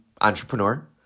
entrepreneur